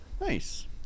nice